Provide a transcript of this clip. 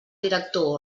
director